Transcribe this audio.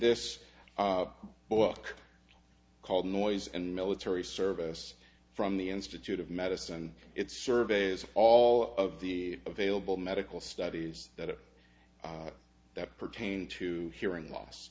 this book called noise and military service from the institute of medicine it surveys all of the available medical studies that are that pertain to hearing loss